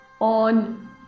on